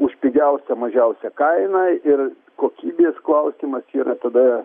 už pigiausią mažiausią kainą ir kokybės klausimas yra tada